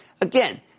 Again